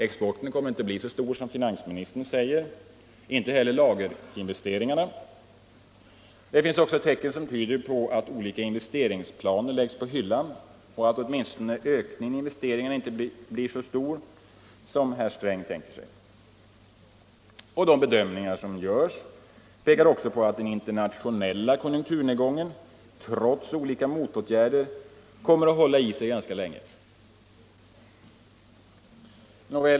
Exporten kommer inte att bli så stor som finansministern säger, och inte heller lagerinvesteringarna. Tecken tyder också på att olika investeringsplaner läggs på hyllan och att åtminstone ökningen i investeringarna inte blir så stor som herr Sträng tänker sig. De bedömningar som görs pekar också på att den internationella konjunkturnedgången trots olika motåtgärder kommer att hålla i sig ganska länge.